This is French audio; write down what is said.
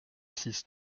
six